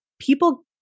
people